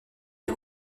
les